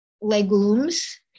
legumes